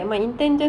oh